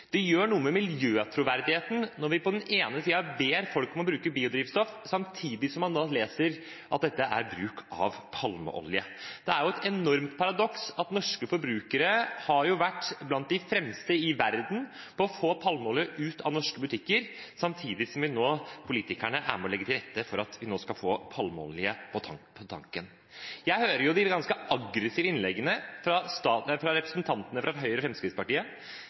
Det gjør noe med miljøtroverdigheten når vi på den ene siden ber folk om å bruke biodrivstoff, samtidig som man leser at dette er bruk av palmeolje. Det er et enormt paradoks at norske forbrukere har vært blant de fremste i verden på å få palmeolje ut av norske butikker, samtidig som politikerne er med på å legge til rette for at vi nå skal få palmeolje på tanken. Jeg hører de ganske aggressive innleggene fra representantene fra Høyre og Fremskrittspartiet.